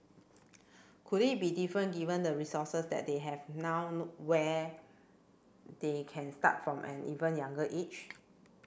could it be different given the resources that they have now where they can start from an even younger age